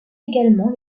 également